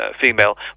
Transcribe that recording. female